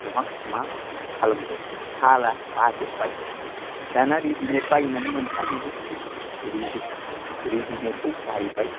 महा मा खालामबावो खाला बाजोब्बाय दाना रेदिमेद बायनानै मोनजोबो रेदिमेद खौ बायबाय